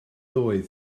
oedd